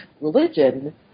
religion